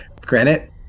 Granite